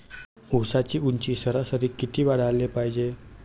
ऊसाची ऊंची सरासरी किती वाढाले पायजे?